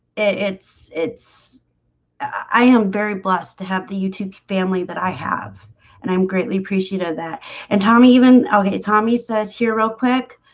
it it's it's i am very blessed to have the youtube family that i have and i'm greatly appreciative that and tom even okay tommy says here real quick